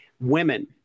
women